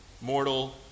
mortal